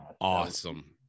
awesome